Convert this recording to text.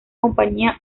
compañía